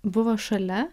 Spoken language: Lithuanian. buvo šalia